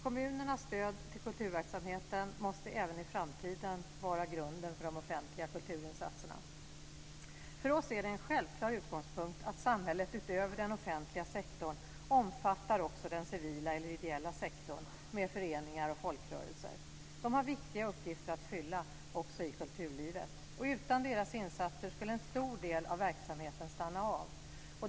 Kommunernas stöd till kulturverksamheten måste även i framtiden vara grunden för de offentliga kulturinsatserna. För oss är det en självklar utgångspunkt att samhället utöver den offentliga sektorn omfattar också den civila eller ideella sektorn med föreningar och folkrörelser. De har viktiga uppgifter att fylla också i kulturlivet. Utan deras insatser skulle en stor del av verksamheten stanna av.